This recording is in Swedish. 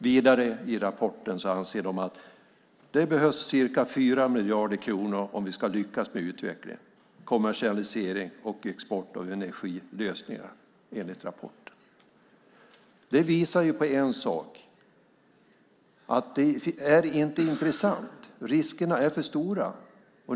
Vidare anser de i rapporten att det behövs ca 4 miljarder kronor om vi ska lyckas med utvecklingen, kommersialisering och export av energilösningar. Det visar på en sak, att det inte är intressant, att riskerna är för stora.